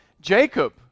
Jacob